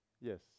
Yes